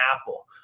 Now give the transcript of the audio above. apple